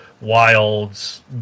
Wilds